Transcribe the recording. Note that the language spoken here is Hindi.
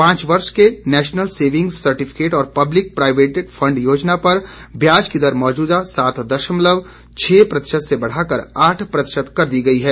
पांच वर्ष के नेशनल सेविंग्स सर्टिफिकेट और पब्लिक प्रॉविडेंट फंड योजना पर ब्याज की दर मौजूदा सात दशमलव छह प्रतिशत से बढ़ाकर आठ प्रतिशत कर दी गई है